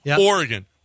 Oregon